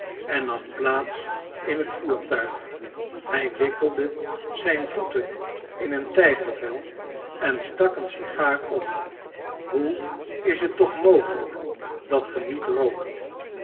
en nam plaats in het voertuig hij wikkelde zijn voeten in een tijgervel en stak een sigaar op hoe is het toch mogelijk dat ge niet rookt